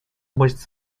was